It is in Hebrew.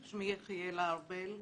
שמי יחיאלה ארבל,